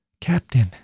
Captain